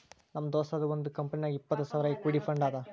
ನಮ್ ದೋಸ್ತದು ಒಂದ್ ಕಂಪನಿನಾಗ್ ಇಪ್ಪತ್ತ್ ಸಾವಿರ್ ಇಕ್ವಿಟಿ ಫಂಡ್ ಅದಾ